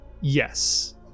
yes